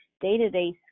day-to-day